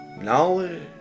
knowledge